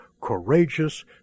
courageous